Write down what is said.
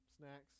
snacks